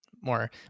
more